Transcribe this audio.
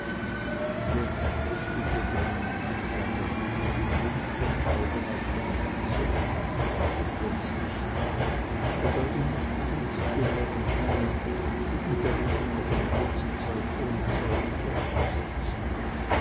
jetzt heftete grimani seine ruhigen dunkeln augen auf den herzog und fragte plötzlich ob er ihm nicht die gunst gewähren könne die unterredung noch eine kurze zeit ohne zeugen fortzusetzen